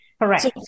Correct